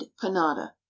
panada